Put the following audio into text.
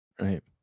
Right